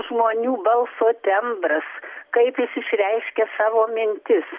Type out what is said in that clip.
žmonių balso tembras kaip jis išreiškia savo mintis